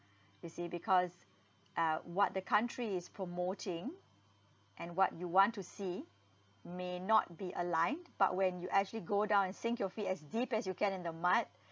you see because uh what the country is promoting and what you want to see may not be aligned but when you actually go down and sink your feet as deep as you can in the mud